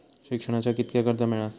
शिक्षणाक कीतक्या कर्ज मिलात?